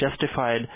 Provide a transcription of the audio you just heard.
justified